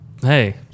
hey